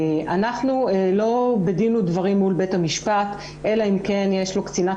אנחנו לא בדין ודברים מול בית המשפט אלא אם כן יש לו קצינת